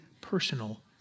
personal